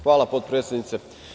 Hvala potpredsednice.